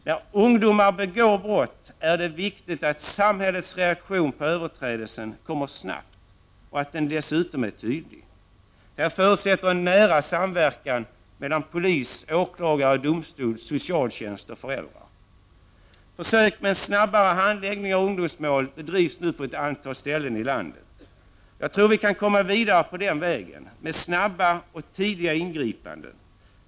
När ungdomar begår brott är det viktigt att samhällets reaktion på överträdelsen kommer snabbt och att den dessutom är tydlig. Detta förutsätter en nära samverkan mellan polis, åklagare, domstol, socialtjänst och föräldrar. Försök med en snabbare handläggning av ungdomsmål bedrivs nu på ett antal ställen i landet. Jag tror att vi kan komma vidare på den vägen genom att sätta in snabba och tidiga ingripanden.